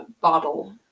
bottle